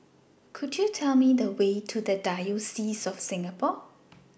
Could YOU Tell Me The Way to The Diocese of Singapore